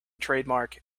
trademark